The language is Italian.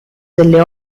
delle